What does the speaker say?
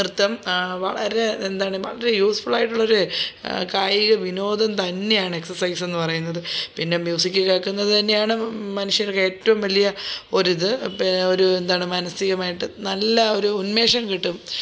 നൃത്തം വളരെ എന്താണ് വളരെ യൂസ്ഫുള്ളായിട്ടുള്ളൊര് കായിക വിനോദം തന്നെയാണ് എക്സസൈസെന്ന് പറയുന്നത് പിന്നെ മ്യൂസിക് കേക്കുന്നതുതന്നെയാണ് മ മനുഷ്യർക്ക് ഏറ്റവും വലിയ ഒരിത് ഒരു എന്താണ് മാനസികമായിട്ട് നല്ല ഒരു ഉന്മേഷം കിട്ടും